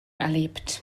erlebt